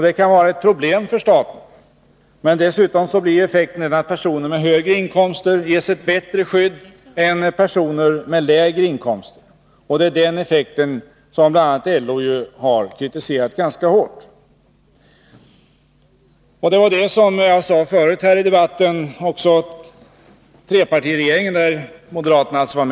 Det kan vara ett problem för staten, men dessutom blir effekten den att personer med högre inkomster ges ett bättre skydd än personer med lägre inkomster. Det är den effekten som bl.a. LO har kritiserat ganska hårt. Denna effekt observerade, som jag sade tidigare i debatten, också trepartiregeringen, där moderaterna alltså ingick.